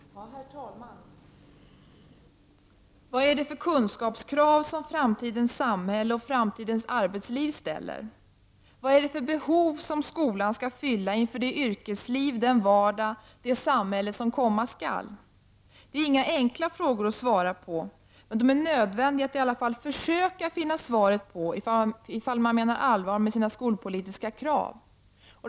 Herr talman! Vad är det för kunskapskrav som framtidens samhälle och framtidens arbetsliv ställer? Vad är det för behov som skolan skall fylla inför det yrkesliv, den vardag, det samhälle som komma skall? Det är inga enkla frågor att svara på, men de är nödvändiga att i alla fall försöka finna svaret på ifall man menar allvar med sina skolpolitiska krav.